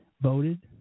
voted